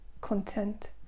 content